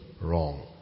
wrong